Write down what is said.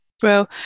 Bro